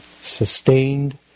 Sustained